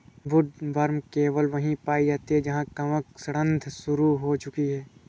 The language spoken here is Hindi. वुडवर्म केवल वहीं पाई जाती है जहां कवक सड़ांध शुरू हो चुकी है